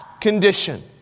condition